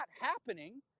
happening